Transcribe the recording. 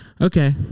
Okay